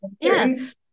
Yes